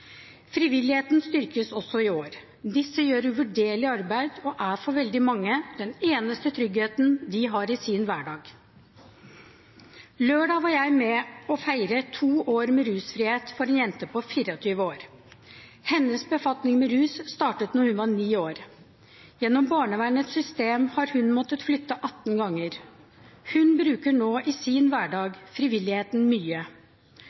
Frivilligheten styrkes også i år. Disse gjør et uvurderlig arbeid og er for veldig mange den eneste tryggheten de har i sin hverdag. Lørdag var jeg med og feiret to år med rusfrihet for en jente på 24 år. Hennes befatning med rus startet da hun var ni år. Gjennom barnevernets system har hun måttet flytte 18 ganger. Hun bruker nå i sin hverdag frivilligheten mye.